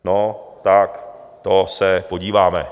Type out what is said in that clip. No tak to se podíváme.